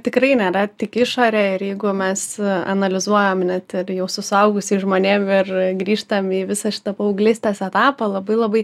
tikrai nėra tik išorė ir jeigu mes analizuojam net ir jau su suaugusiais žmonėm ir grįžtam į visą šitą paauglystės etapą labai labai